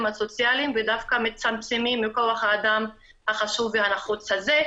הסוציאליים ודווקא מצמצמים מכוח האדם החשוב והנחוץ הזה.